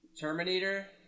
Terminator